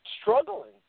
struggling